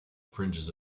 fringes